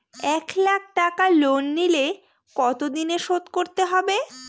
এক লাখ টাকা লোন নিলে কতদিনে শোধ করতে হবে?